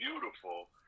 beautiful